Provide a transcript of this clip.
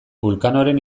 vulcanoren